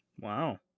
Wow